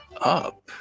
up